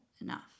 enough